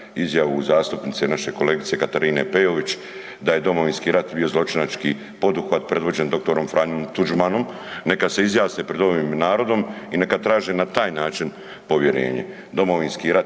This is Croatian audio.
izjavu zastupnice naše kolegice Katarine Peović da je Domovinski rat bio zločinački poduhvat predvođen dr. Franjom Tuđmanom. Neka se izjasne pred ovim narodom i neka traže na taj način povjerenje. Domovinski rat